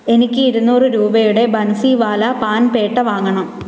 എനിക്ക് ഇരുനൂറ് രൂപയുടെ ബൻസിവാല പാൻ പേട്ട വാങ്ങണം